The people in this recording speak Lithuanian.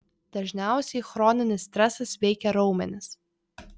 dažniausiai chroninis stresas veikia raumenis